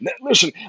Listen